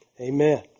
Amen